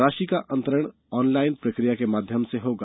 राशि का अंतरण ऑनलाइन प्रक्रिया के माध्यम से होगा